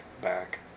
back